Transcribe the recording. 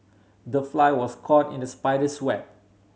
the fly was caught in the spider's web